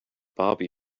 bobby